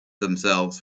themselves